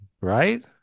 Right